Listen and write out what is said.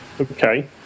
Okay